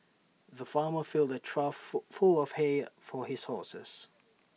the farmer filled A trough full of hay for his horses